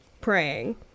praying